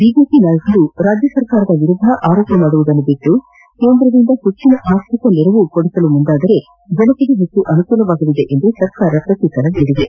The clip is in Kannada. ಬಿಜೆಪಿ ನಾಯಕರು ರಾಜ್ಞ ಸರ್ಕಾರದ ವಿರುದ್ದ ಆರೋಪ ಮಾಡುವುದನ್ನು ಬಿಟ್ಟು ಕೇಂದ್ರದಿಂದ ಹೆಚ್ಚನ ಆರ್ಥಿಕ ನೆರವು ಕೊಡಿಸಲು ಮುಂದಾದರೆ ಜನತೆಗೆ ಹೆಚ್ಚು ಅನುಕೂಲವಾಗಲಿದೆ ಎಂದು ಸರ್ಕಾರ ಪ್ರತ್ಯುತ್ತರ ನೀಡಿದೆ